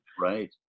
Right